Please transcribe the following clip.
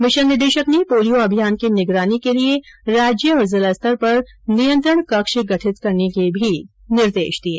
mission निदेशक ने polio अभियान की निगरानी के लिये राज्य और जिला स्तर पर नियंत्रण कक्ष गठित करने के भी निर्देश दिये